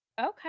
Okay